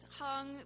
hung